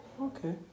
Okay